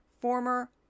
former